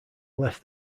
left